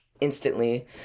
instantly